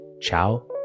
Ciao